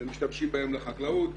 ומשתמשים בהם לחקלאות.